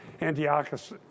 Antiochus